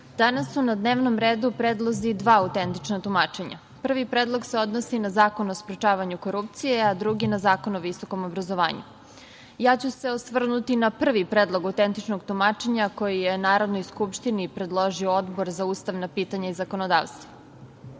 danas su na dnevnom redu predlozi dva autentična tumačenja. Prvi Predlog se odnosi na Zakon o sprečavanju korupcije, a drugi na Zakon o visokom obrazovanju. Ja ću se osvrnuti na prvi Predlog autentičnog tumačenja, koji je Narodnoj skupštini predložio Odbor za ustavna pitanja i zakonodavstvo.